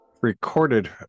recorded